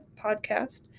podcast